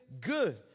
good